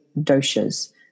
doshas